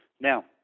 Now